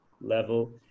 level